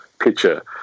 picture